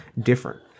different